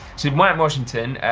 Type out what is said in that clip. so mount washington,